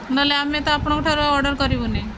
ନହେଲେ ଆମେ ତ ଆପଣଙ୍କଠାରୁ ଅର୍ଡ଼ର କରିବୁନି